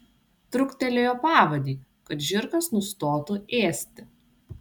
truktelėjo pavadį kad žirgas nustotų ėsti